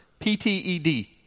PTED